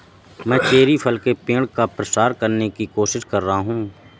मैं चेरी फल के पेड़ का प्रसार करने की कोशिश कर रहा हूं